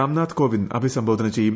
രാംനാഥ് കോവിന്ദ് അഭിസംബോധന ചെയ്യും